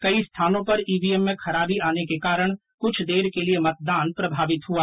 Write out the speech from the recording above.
कई स्थानों पर ईवीएम में खराबी आने के कारण क्छ देर के लिये मतदान प्रभावित हुआ